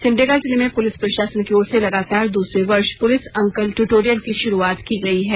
सिमडेगा जिले में पुलिस प्रशासन की ओर से लगातार दूसरे वर्ष पुलिस अंकल ट्यूटोरियल की शुरुआत की गई है